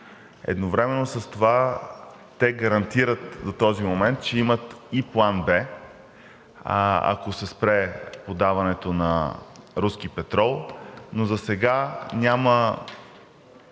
Едновременно с това те гарантират до този момент, че имат и план „Б“, ако се спре подаването на руски петрол, но до този